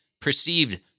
perceived